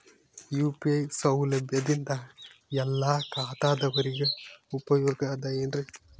UPI ಸೌಲಭ್ಯದಿಂದ ಎಲ್ಲಾ ಖಾತಾದಾವರಿಗ ಉಪಯೋಗ ಅದ ಏನ್ರಿ?